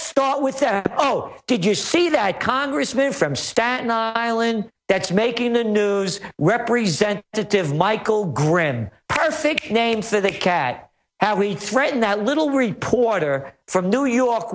start with that oh did you see that congressman from staten island that's making the news representative michael graham perfect name for that cat how he threatened that little report or from new york